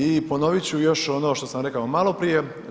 I ponovit ću još ono što sam rekao maloprije.